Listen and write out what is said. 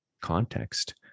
context